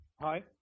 Hi